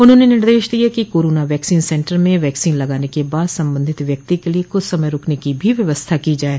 उन्होंने निर्देश दिये कि कोरोना वैक्सीन सेन्टर में वैक्सीन लगने के बाद संबंधित व्यक्ति के लिये कुछ समय रूकने की भी व्यवस्था की जाये